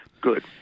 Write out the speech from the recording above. Good